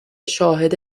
شاهد